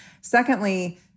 Secondly